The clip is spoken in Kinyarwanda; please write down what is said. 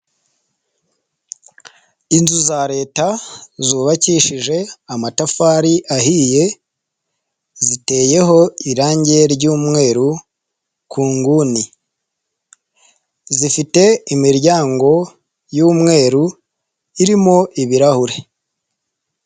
Inzu za leta zubakishije amatafari ahiye ziteyeho irange ry'umweru ku nguni, zifite imiryango y'umweru irimo ibirahure.